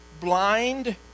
blind